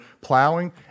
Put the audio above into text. plowing